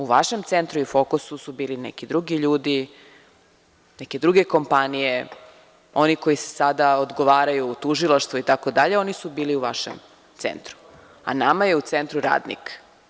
U vašem centru i fokusu su bili neki drugi ljudi, neke druge kompanije, oni koji sada odgovaraju u Tužilaštvu, oni su bili u vašem centru, a nama je u centru radnik.